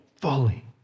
Fully